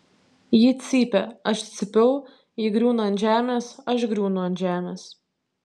ji cypė aš cypiau ji griūna ant žemės aš griūnu ant žemės